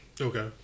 okay